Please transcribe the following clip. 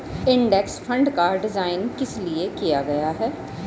Index fund का design किस लिए किया गया है?